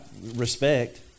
respect